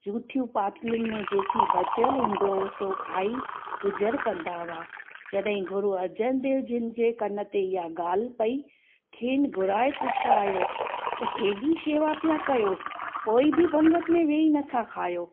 जुठियूं पातलियुनि में जेकी बचियल हूंदो हुओ सो खाई गुज़ारो कंदा हुआ जॾहिं गुरु अर्जन देव जिनिजे कन ते इहा ॻाल्हि पेई खेनि घुराए पुछायो त हेॾी शेवा पिया कयो कोई बि पंगति में वेही नथा खायो